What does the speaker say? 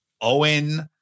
Owen